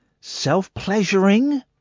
self-pleasuring